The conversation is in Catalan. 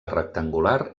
rectangular